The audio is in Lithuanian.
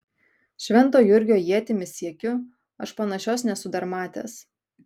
švento jurgio ietimi siekiu aš panašios nesu dar matęs